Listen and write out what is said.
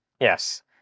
Yes